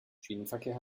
schienenverkehr